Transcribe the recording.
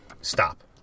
stop